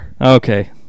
okay